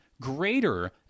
greater